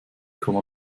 komma